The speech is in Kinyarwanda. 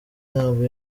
ntabwo